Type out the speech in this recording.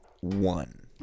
one